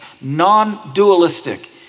non-dualistic